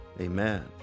Amen